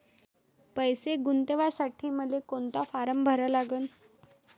पैसे गुंतवासाठी मले कोंता फारम भरा लागन?